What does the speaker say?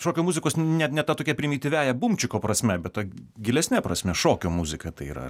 šokių muzikos ne ne ta tokia primityviąja bumčiko prasme bet ta gilesne prasme šokio muzika tai yra